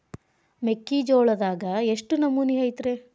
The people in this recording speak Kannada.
ಮೆಕ್ಕಿಜೋಳದಾಗ ಎಷ್ಟು ನಮೂನಿ ಐತ್ರೇ?